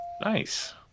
Nice